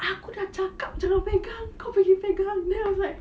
aku dah cakap jangan pegang kau pergi pegang then I was like